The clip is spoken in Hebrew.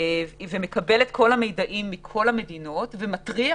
שמקבל את כל המידעים מכל המדינות והוא מתריע